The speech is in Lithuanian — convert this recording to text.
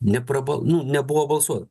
neprabal nu nebuvo balsuota